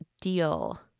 deal